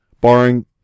barring